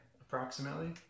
approximately